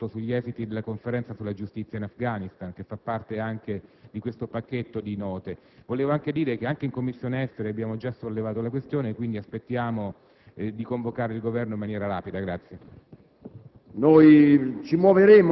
anche per avere un aggiornamento pronto sugli esiti della Conferenza sulla giustizia in Afghanistan che fa parte di questo pacchetto di note. Volevo altresì dire che in Commissione esteri abbiamo già sollevato la questione, quindi aspettiamo che il Governo sia convocato in maniera rapida.